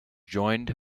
joined